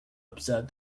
observed